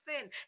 sin